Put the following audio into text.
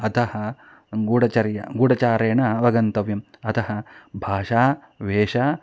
अतः गूढचर्या गूढचारेण अवगन्तव्यम् अतः भाषा वेषः